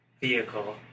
vehicle